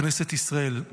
כנסת ישראל,